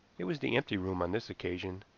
it was the empty room on this occasion,